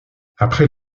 après